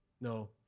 no